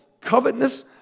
covetousness